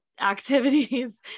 activities